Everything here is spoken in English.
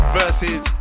versus